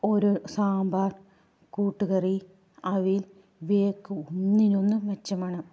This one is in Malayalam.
ഒരു സാമ്പാർ കൂട്ടുകറി അവിയൽ ഇവയൊക്കെ ഒന്നിനൊന്ന് മെച്ചമാണ്